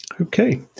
Okay